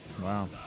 Wow